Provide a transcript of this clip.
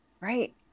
Right